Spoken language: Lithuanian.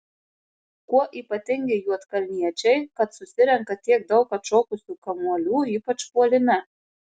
kuo ypatingi juodkalniečiai kad susirenka tiek daug atšokusių kamuolių ypač puolime